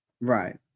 right